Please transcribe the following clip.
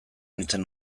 nintzen